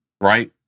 right